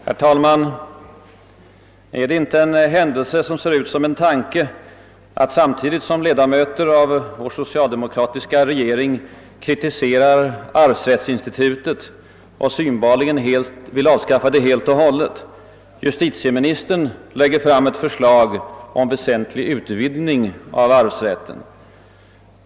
Herr talman! Är det inte en händelse som ser ut som en tanke att justitieministern, samtidigt som ledamöter av vår socialdemokratiska regering kritiserar arvsrättsinstitutet och synbarligen vill avskaffa det helt och hållet, lägger fram ett förslag om en väsentlig utvidgning av arvsrätten.